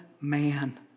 man